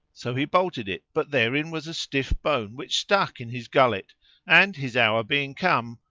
so he bolted it but therein was a stiff bone which stuck in his gullet and, his hour being come,